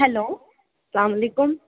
hello سلام علیکُم